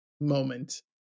moment